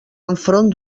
enfront